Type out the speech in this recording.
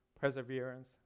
perseverance